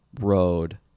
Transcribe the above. road